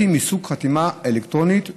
היא מסוג חתימה אלקטרונית מאושרת.